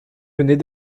venait